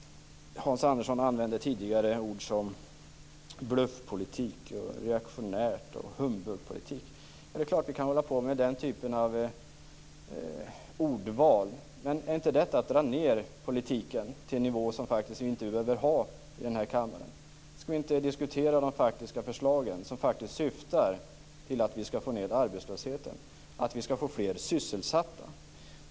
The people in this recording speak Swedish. Hans Andersson använde tidigare ord som bluffpolitik, reaktionärt och humbugpolitik. Det är klart att vi kan hålla på med den typen av ordval. Men är det inte att dra ned politiken till en nivå som vi faktiskt inte behöver ha i denna kammare? Skall vi inte diskutera faktiska förslag som syftar till att vi skall få ned arbetslösheten och till att vi får fler sysselsatta?